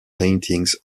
paintings